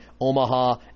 Omaha